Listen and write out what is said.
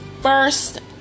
first